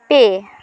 ᱯᱮ